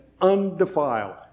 undefiled